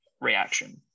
reaction